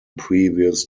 previous